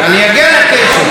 אני אגיע לקשר,